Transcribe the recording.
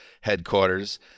headquarters